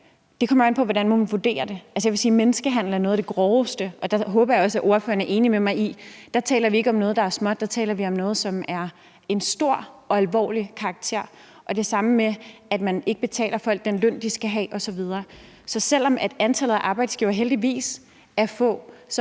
det kommer an på, hvordan man vurderer det. Jeg vil sige, at menneskehandel er noget af det groveste, og der håber jeg også, at ordføreren er enig med mig i, at der taler vi ikke om noget, der er småt, der taler vi om noget, som er af en meget alvorlig karakter. Det samme gælder det med, at man ikke betaler folk den løn, de skal have osv. Så selv om antallet af arbejdsgivere heldigvis er